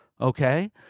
okay—